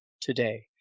today